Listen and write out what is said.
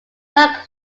not